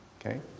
Okay